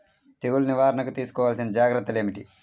తెగులు నివారణకు తీసుకోవలసిన జాగ్రత్తలు ఏమిటీ?